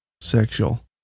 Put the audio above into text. Sexual